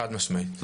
חד משמעית.